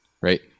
right